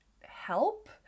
help